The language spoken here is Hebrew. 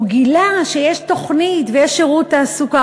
הוא גילה שיש תוכנית ויש שירות תעסוקה.